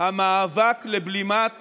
המאבק לבלימת